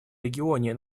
регионе